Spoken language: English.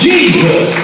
Jesus